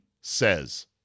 says